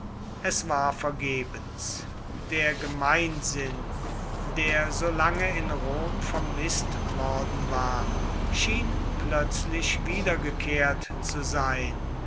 es war vergebens der gemeinsinn der so lange in rom vermißt worden war schien plötzlich wiedergekehrt zu sein